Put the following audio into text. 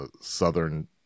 southern